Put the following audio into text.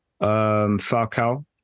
Falcao